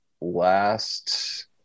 last